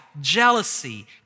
jealousy